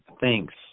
Thanks